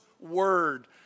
word